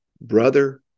Brother